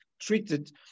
treated